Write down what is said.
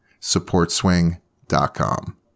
supportswing.com